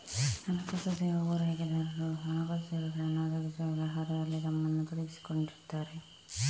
ಹಣಕಾಸು ಸೇವಾ ಪೂರೈಕೆದಾರರು ಹಣಕಾಸು ಸೇವೆಗಳನ್ನ ಒದಗಿಸುವ ವ್ಯವಹಾರದಲ್ಲಿ ತಮ್ಮನ್ನ ತೊಡಗಿಸಿಕೊಂಡಿರ್ತಾರೆ